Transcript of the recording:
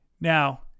Now